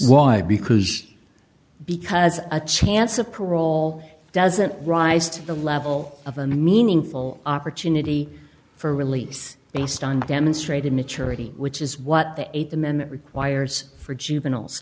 why because because a chance of parole doesn't rise to the level of a meaningful opportunity for release based on demonstrated maturity which is what the th amendment requires for juveniles